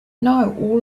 know